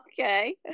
okay